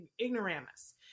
ignoramus